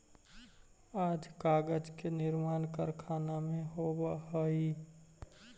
आज कागज के निर्माण कारखाना में होवऽ हई